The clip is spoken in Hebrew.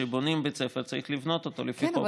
היא שכשבונים בית ספר צריך לבנות אותו לפי חוק.